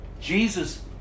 Jesus